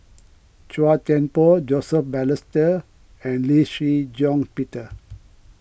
Chua Thian Poh Joseph Balestier and Lee Shih Shiong Peter